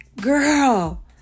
Girl